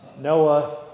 Noah